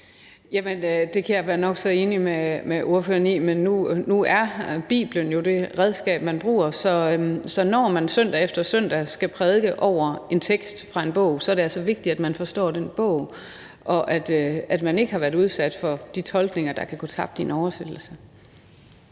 det kan jeg være nok så enig med ordføreren i, men nu er Biblen jo det redskab, man bruger, så når man søndag efter søndag skal prædike over en tekst fra en bog, er det altså vigtigt, at man forstår den bog, og at man ikke har været udsat for de tolkninger, der bygger på, at noget